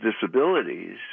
disabilities